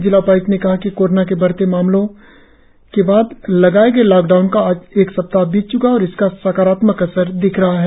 जिला उपाय्क्त ने कहा कि कोरोना के मामले बढ़ने के बाद लगाए गए लॉकडाउन का आज एक सप्ताह बीत च्का है और इसका सकारात्मक असर दिख रहा है